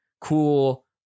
cool